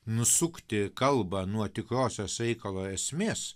nusukti kalbą nuo tikrosios reikalo esmės